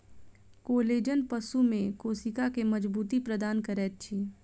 collagen पशु में कोशिका के मज़बूती प्रदान करैत अछि